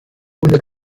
unter